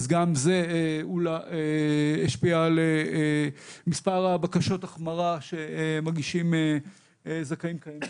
גם זה השפיע על מספר בקשות ההחמרה שמגישים זכאים קיימים.